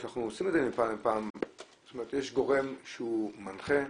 יש גורם שהא מנחה,